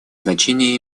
значение